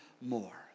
more